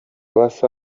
basa